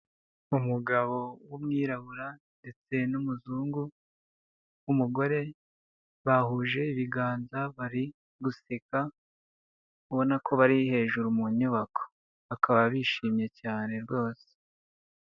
Umugabo w'umwirabura ndetse n'umuzungu w'umugore, bahuje ibiganza bari guseka, ubona ko bari hejuru mu nyubako, bakaba bishimye cyane rwose.